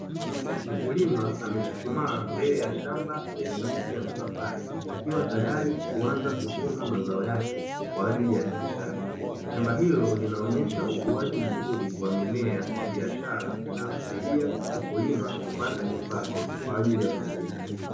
Mkulima amechuchumaa mbele ya shamba lenye miti ya mipapai, akiwa tayari kuanza kuvuna mazao yake kwa ajili ya biashara. Shamba hilo linaonyesha ukuaji mzuri wa mimea ya biashara, inayosaidia mkulima kupata kipato kwa ajili ya familia yake.